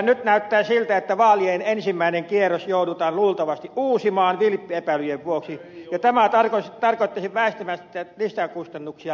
nyt näyttää siltä että vaalien ensimmäinen kierros joudutaan luultavasti uusimaan vilppi epäilyjen vuoksi ja tämä tarkoittaisi väistämättä lisäkustannuksia myös suomelle